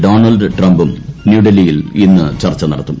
Donald ട്രംപും ന്യൂഡൽഹിയിൽ ഇന്ന് ചർച്ച നടത്തും